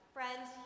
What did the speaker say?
Friends